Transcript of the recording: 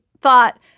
thought